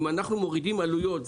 אם אנחנו מורידים עלויות,